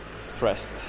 stressed